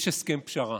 יש הסכם פשרה.